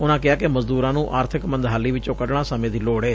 ਉਨੂਾ ਕਿਹਾ ਕਿ ਮਜ਼ਦੁਰਾ ਨੂੰ ਆਰਬਿਕ ਮੰਦਹਾਲੀ ਵਿਚੋਂ ਕੱਢਣਾ ਸਮੇਂ ਦੀ ਲੋੜ ਏ